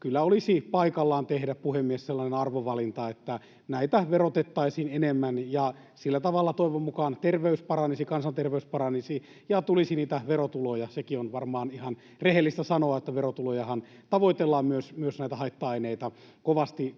Kyllä olisi paikallaan tehdä, puhemies, sellainen arvovalinta, että näitä verotettaisiin enemmän, ja sillä tavalla toivon mukaan terveys paranisi, kansanterveys paranisi ja tulisi niitä verotuloja. Sekin on varmaan ihan rehellistä sanoa, että verotulojahan tavoitellaan myös näitä haitta-aineita